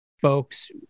folks